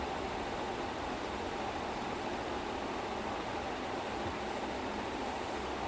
ya so நம்ம:namma siva வந்து இந்த படத்துல என்ன பண்ணுவார்னா:vanthu intha padathula enna pannuvaarnaa he will go and he flipped a car